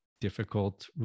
difficult